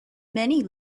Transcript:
many